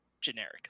generic